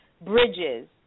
bridges